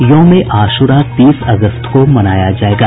यौम ए आशूरा तीस अगस्त को मनाया जायेगा